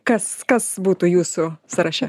kas kas būtų jūsų sąraše